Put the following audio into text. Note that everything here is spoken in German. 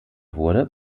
wurde